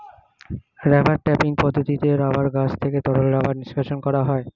rubber tapping পদ্ধতিতে rubber গাছ থেকে তরল রাবার নিষ্কাশণ করা হয়